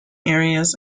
areas